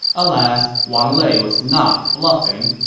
alas, wang lei was not bluffing.